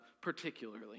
particularly